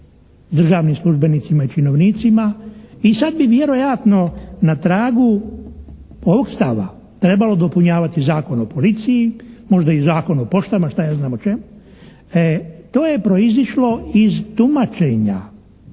državnim službenicima i činovnicima i sad bi vjerojatno na tragu Ustava trebalo dopunjavati Zakon o policiji, možda i Zakon o poštama, šta ja znam o čemu? To je proizišlo iz tumačenja